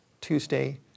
Tuesday